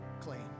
clean